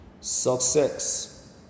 success